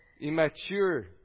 Immature